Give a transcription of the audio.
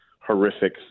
horrific